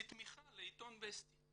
כתמיכה בעיתון וסטי.